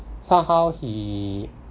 somehow he